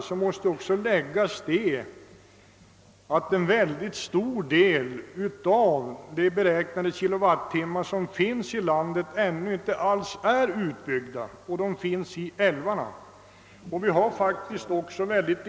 Det bör emellertid påpekas att en stor del av det beräknade framtida kraftbehovet kan erhållas i älvarna som ännu inte är utbyggda.